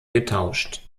getauscht